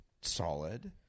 solid